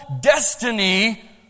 destiny